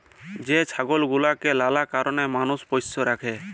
যে ছাগল গুলাকে লালা কারলে মালুষ পষ্য রাখে